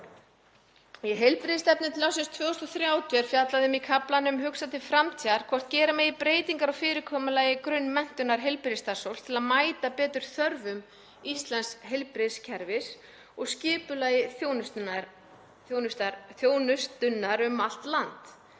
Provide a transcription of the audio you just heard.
Í heilbrigðisstefnu til ársins 2030 er fjallað um í kaflanum „Hugsað til framtíðar“ hvort gera megi breytingar á fyrirkomulagi grunnmenntunar heilbrigðisstarfsfólks til að mæta betur þörfum íslensks heilbrigðiskerfis og skipulagi þjónustunnar um allt land,